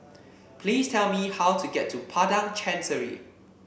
please tell me how to get to Padang Chancery